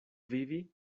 vivi